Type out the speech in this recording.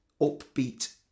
Upbeat